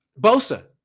Bosa